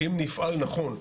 אם נפעל נכון,